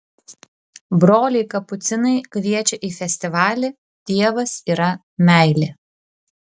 broliai kapucinai kviečia į festivalį dievas yra meilė